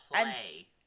Play